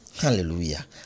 Hallelujah